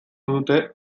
dute